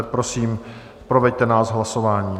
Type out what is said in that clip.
Prosím, proveďte nás hlasováním.